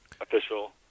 official